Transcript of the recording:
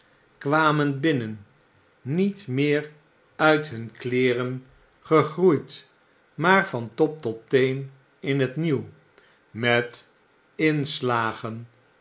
kwamen binnen niet meer uit hun kleeren gegroeid maar van top tot teen in t nieuw met inslagen